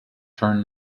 turned